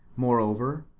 moreover,